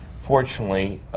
fortunately,